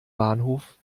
bahnhof